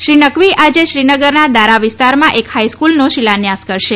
શ્રી નકવી આજે શ્રીનગરના દારા વિસ્તારમાં એક હાઇસ્કુલનો શિલાન્યાસ કરશે